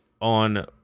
on